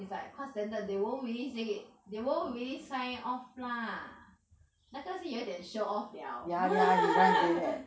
is like 他 standard they won't really say it they won't really sign off lah 那个是有一点 show off liao